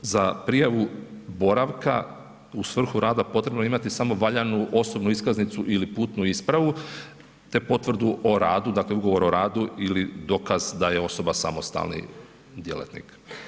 Za prijavu boravka u svrhu rada potrebno je imati samo valjanu osobnu iskaznicu ili putnu ispravu te potvrdu o radu, dakle ugovor o radu ili dokaz da je osoba samostalni djelatnik.